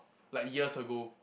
like years ago